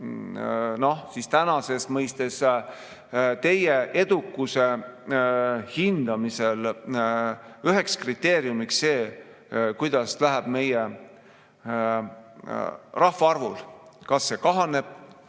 tänases mõistes teie edukuse hindamisel üks kriteerium see, kuidas läheb meie rahvaarvul: kas see kahaneb,